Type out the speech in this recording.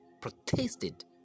protested